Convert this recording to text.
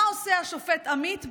מה עושה השופט עמית?